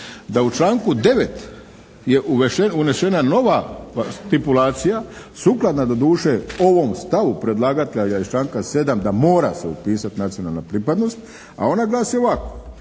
Da u članku 9. je unešena nova stipulacija, sukladna doduše ovom stavu predlagatelja iz članka 7. da mora se upisati nacionalna pripadnost, a ona glasi ovako.